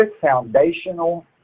foundational